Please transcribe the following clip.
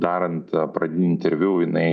darant pradinį interviu jinai